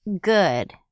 good